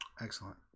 Excellent